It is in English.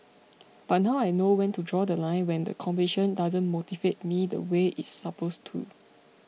but now I know when to draw The Line when the competition doesn't motivate me the way it's supposed to